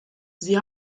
sie